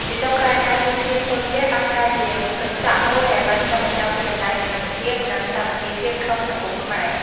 ជាចុងក្រោយ ការជួយគ្នាធ្វើផ្ទះបានក្លាយជាកញ្ចក់មួយដែលបានឆ្លុះបញ្ចាំងពីតម្លៃនៃមិត្តភាពនិងសាមគ្គីភាពក្នុងសង្គមខ្មែរ។